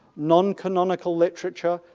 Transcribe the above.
non-canonical literature,